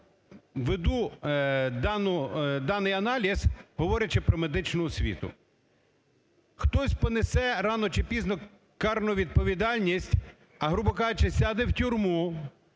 веду даний аналіз, говорячи про медичну освіту? Хтось понесе рано чи пізно карну відповідальність, а грубо кажучи, сяде в тюрму